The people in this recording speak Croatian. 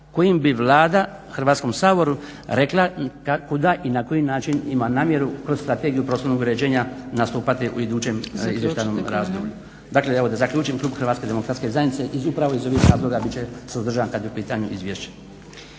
kojim bi Vlada Hrvatskom saboru rekla kuda i na koji način ima namjeru kroz Strategiju prostornog uređenja nastupati u idućem izvještajnom razdoblju. Dakle evo da zaključim, klub HDZ-a upravo iz ovih razloga bit će suzdržan kada je u pitanju izvješće.